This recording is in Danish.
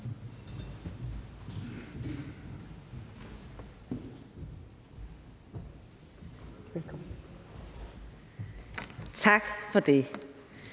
Tak for det.